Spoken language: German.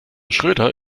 schröder